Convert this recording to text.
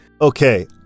Okay